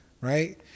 Right